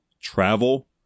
travel